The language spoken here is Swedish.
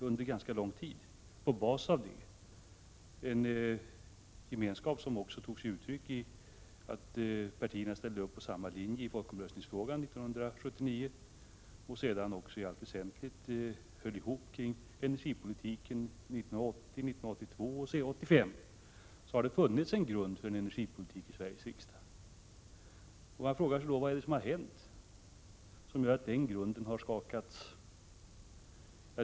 Under ganska lång tid fanns en samsyn som bl.a. tog sig uttryck i att partierna ställde upp på samma linje i folkomröstningsfrågan år 1979 och sedan också i allt väsentligt höll ihop kring de energipolitiska besluten 1980, 1982 och 1985. Det har alltså funnits en grund för en fast energipolitik i Sveriges riksdag. Man frågar sig då vad det är som hänt som gör att den grunden har skakats.